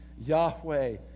Yahweh